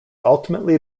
ultimately